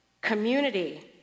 Community